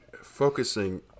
focusing